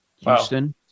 Houston